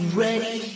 ready